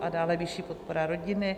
A dále vyšší podpora rodiny.